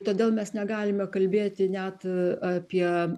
todėl mes negalime kalbėti net apie